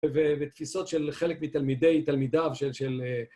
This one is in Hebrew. ותפיסות של חלק מתלמידי תלמידיו של...